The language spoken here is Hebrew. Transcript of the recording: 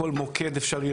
בכל מוקד אפשרי,